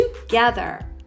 together